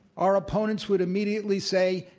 our opponents would immediately say,